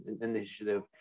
initiative